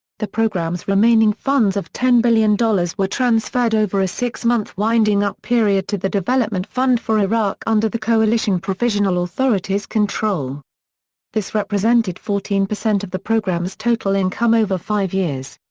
the programme's remaining funds of ten billion dollars were transferred over a six month winding-up period to the development fund for iraq under the coalition provisional authority's control this represented fourteen percent of the programme's total income over five years.